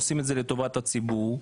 אנחנו עושים זאת לטובת הציבור,